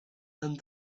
and